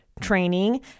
training